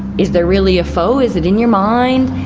is there really a foe, is it in your mind?